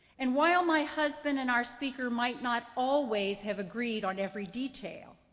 and while my husband and our speaker might not always have agreed on every detail,